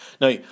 Now